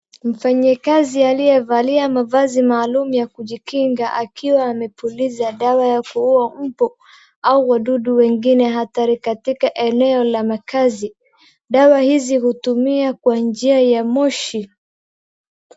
Mfanyikazi aliyevalia mavazi maalum ya kujikinga akiwa amepuliza dawa ya kuua mbu au wadudu wengine hatari katika eneo la makazi. Dawa hizi hutumia kwa njia ya moshi.